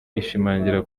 ishimangira